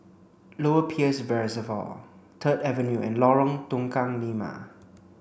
Lower Peirce Reservoir Third Avenue and Lorong Tukang Lima